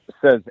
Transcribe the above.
says